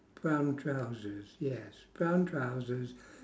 brown trousers yes brown trousers